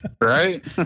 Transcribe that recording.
Right